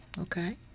Okay